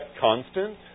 constant